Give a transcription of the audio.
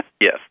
Yes